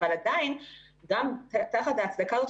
אבל עדיין גם תחת ההצדקה הזאת,